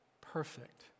perfect